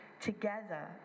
together